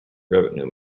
revenue